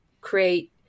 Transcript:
create